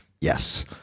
yes